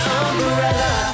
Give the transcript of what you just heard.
umbrella